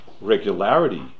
regularity